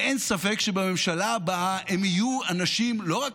ואין ספק שבממשלה הבאה הם יהיו אנשים לא רק